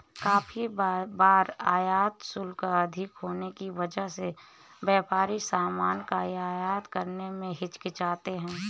काफी बार आयात शुल्क अधिक होने की वजह से व्यापारी सामान का आयात करने में हिचकिचाते हैं